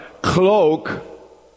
cloak